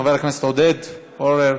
חבר הכנסת עודד פורר,